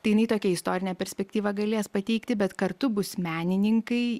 tai jinai tokią istorinę perspektyvą galės pateikti bet kartu bus menininkai